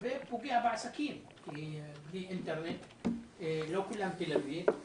זה פוגע גם בעסקים כי בלי אינטרנט קשה להסתדר.